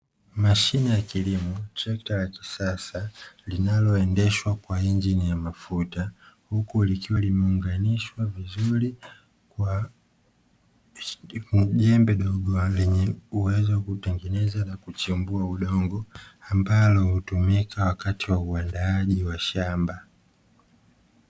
Mashine ya kilimo trekta ya kisasa linaloemdeshwa kwa injini ya mafuta, huku likiwa limeunganishwa vizuri kwa jembe dogo lenye uwezo wa kutengeneza na kuchimbua udongo ambalo hutumika wakati wa uandaaji wa shamba.